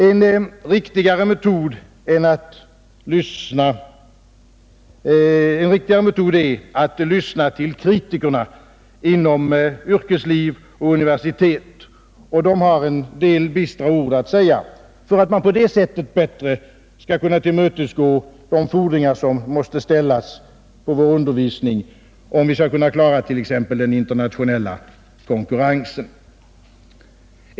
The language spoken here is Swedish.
En riktigare metod är att lyssna till kritikerna inom yrkesliv och universitet — och de har en del bistra ord att säga — så att man på det sättet bättre kan uppfylla de fordringar som måste ställas på vår undervisning om vi skall kunna klara t.ex. den internationella konkurrensen.